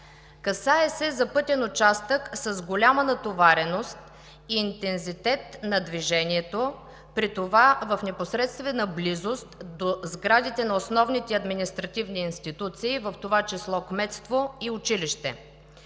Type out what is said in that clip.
Касае се за пътен участък с голяма натовареност и интензитет на движението, при това в непосредствена близост до сградите на основните административни институции, в това число кметство и училище.